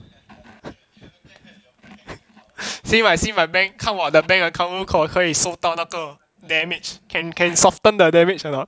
see my see my bank 看我的 bank account 如果可以收到那个 damage can can soften the damage or not